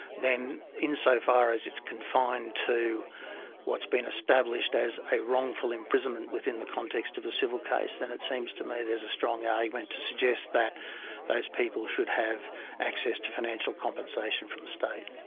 then insofar as it's confined to what's been established as a wrongful imprisonment within the context of a civil case, then it seems to me there's a strong argument to suggest that those people should have access to financial compensation from the state.